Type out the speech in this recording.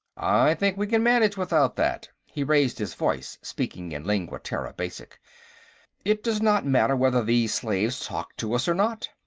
i think we can manage without that. he raised his voice, speaking in lingua terra basic it does not matter whether these slaves talk to us or not.